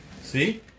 See